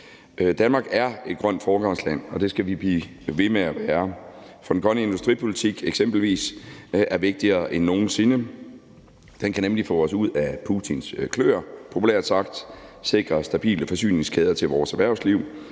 Danmark er et grønt foregangsland, og det skal vi blive ved med at være, for eksempelvis den grønne industripolitik er vigtigere end nogen sinde. Den kan nemlig populært sagt få os ud af Putins kløer og sikre stabile forsyningskæder til vores erhvervsliv,